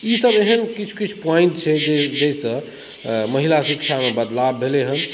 ईसभ एहन किछु किछु पोइन्ट छै जे जाहिसँ महिला शिक्षामे बदलाव भेलै हेँ